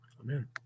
Amen